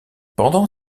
pendant